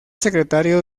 secretario